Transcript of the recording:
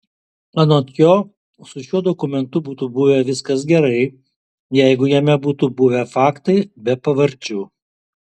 anot jo su šiuo dokumentu būtų buvę viskas gerai jeigu jame būtų buvę faktai be pavardžių